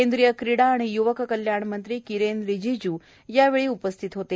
केंद्रीय क्रीडा आणि य्वक कल्याणमंत्री किरेन रीजीजू यावेळी उपस्थित होते